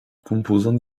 composants